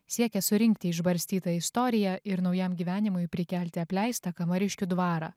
siekia surinkti išbarstytą istoriją ir naujam gyvenimui prikelti apleistą kamariškių dvarą